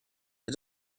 but